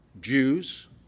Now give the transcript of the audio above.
Jews